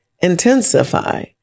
intensify